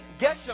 Geshem